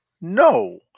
No